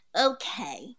Okay